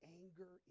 anger